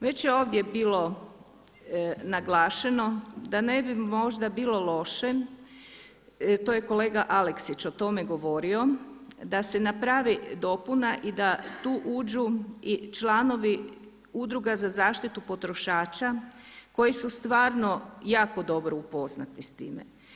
Već je ovdje bilo naglašeno da ne bi možda bilo loše, to je kolega Aleksić o tome govorio da se napravi dopuna i da tu uđu i članovi udruga za zaštitu potrošača koji su stvarno jako dobro upoznati s time.